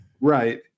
Right